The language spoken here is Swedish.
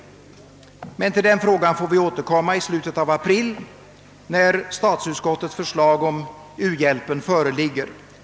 Till denna fråga får vi emellertid återkomma i slutet av april när statsutskottets förslag om u-landshjälpen föreligger.